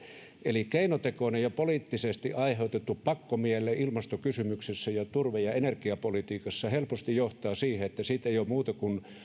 eli keinotekoinen ja poliittisesti aiheutettu pakkomielle ilmastokysymyksessä ja turve ja energiapolitiikassa helposti johtaa siihen että siitä ei ole muuta kuin